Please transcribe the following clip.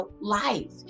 life